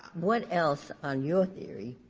what else, on your theory,